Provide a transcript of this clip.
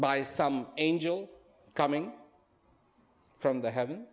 by some angel coming from the heaven